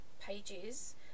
pages